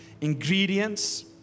ingredients